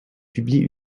publie